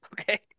Okay